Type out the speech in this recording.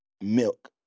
Milk